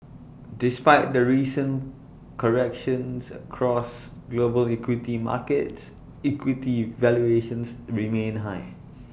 despite the recent corrections across global equity markets equity valuations remain high